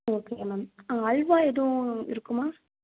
okay ma'am halwa எதுவும் இருக்குமா